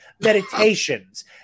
meditations